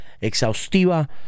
exhaustiva